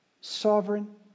sovereign